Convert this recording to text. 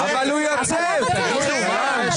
ובדקתי את זה עם היועצת